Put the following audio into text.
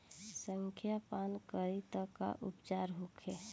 संखिया पान करी त का उपचार होखे?